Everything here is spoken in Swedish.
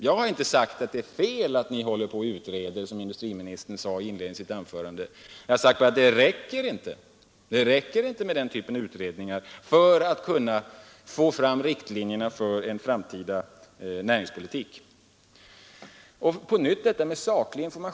Jag har inte sagt att det är fel att ni håller på och utreder — som industriministern sade i sitt anförande. Jag har sagt att det inte räcker med den typen av utredningar för att få fram riktlinjerna för en framtida näringspolitik.